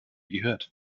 gehört